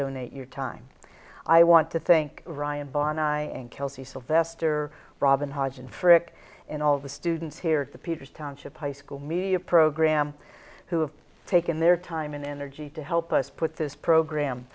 donate your time i want to think ryan bond i am kelsey sylvester robin hodge and frick and all the students here at the peters township high school media program who have taken their time and energy to help us put this program